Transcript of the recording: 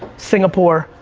singapore,